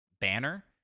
banner